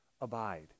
abide